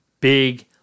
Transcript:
big